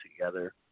together